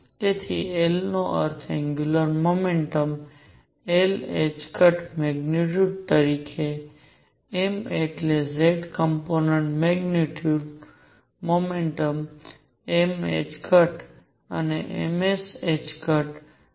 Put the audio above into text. તેથી l નો અર્થ છે એંગ્યુલર મોમેન્ટમ l મેગ્નીટ્યુડ તરીકે m એટલે z કોમ્પોનેંટ મોમેન્ટમ m ℏ અને m s